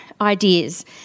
ideas